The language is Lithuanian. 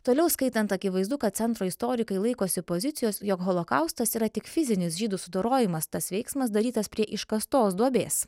toliau skaitant akivaizdu kad centro istorikai laikosi pozicijos jog holokaustas yra tik fizinis žydų sudorojimas tas veiksmas darytas prie iškastos duobės